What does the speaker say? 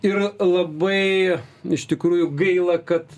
ir labai iš tikrųjų gaila kad